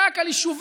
רק על יישובים,